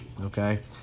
okay